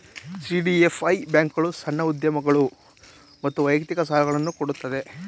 CDFI ಬ್ಯಾಂಕ್ಗಳು ಸಣ್ಣ ಉದ್ಯಮಗಳು ಮತ್ತು ವೈಯಕ್ತಿಕ ಸಾಲುಗಳನ್ನು ಕೊಡುತ್ತೆ